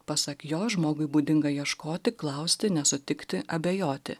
pasak jo žmogui būdinga ieškoti klausti nesutikti abejoti